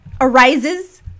arises